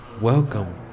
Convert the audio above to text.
Welcome